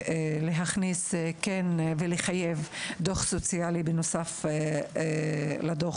להכניס, וכן לחייב, דוח סוציאלי בנוסף לדוח